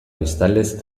biztanlez